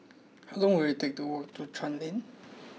how long will it take to walk to Chuan Lane